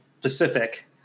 pacific